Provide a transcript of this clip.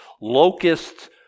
locusts